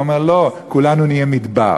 הוא אומר: לא, כולנו נהיה מדבר.